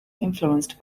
influenced